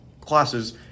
classes